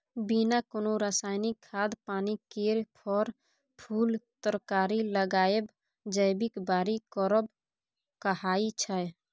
बिना कोनो रासायनिक खाद पानि केर फर, फुल तरकारी लगाएब जैबिक बारी करब कहाइ छै